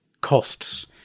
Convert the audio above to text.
costs